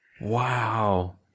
Wow